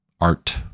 art